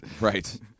Right